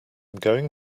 going